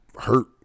hurt